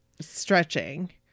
stretching